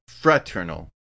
Fraternal